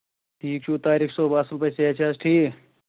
ٹھیٖک چھِو تاریک صٲب اَصٕل پٲٹھۍ صحت چھا حظ ٹھیٖک